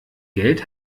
geld